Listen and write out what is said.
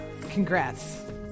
Congrats